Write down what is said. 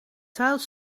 teils